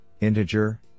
integer